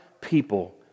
people